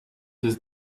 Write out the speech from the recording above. his